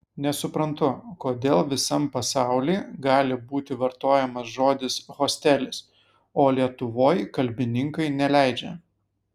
nesuprantu kodėl visam pasauly gali būti vartojamas žodis hostelis o lietuvoj kalbininkai neleidžia